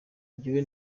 njyewe